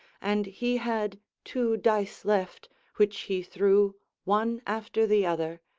and he had two dice left which he threw one after the other,